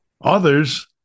others